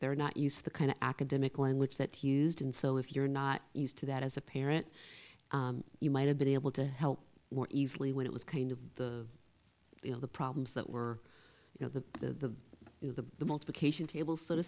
they're not use the kind of academic language that he used and so if you're not used to that as a parent you might have been able to help more easily when it was kind of the you know the problems that were you know the you know the the multiplication table so to